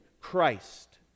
Christ